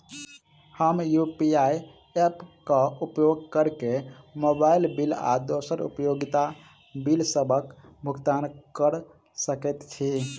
हम UPI app क उपयोग करके मोबाइल बिल आ दोसर उपयोगिता बिलसबक भुगतान कर सकइत छि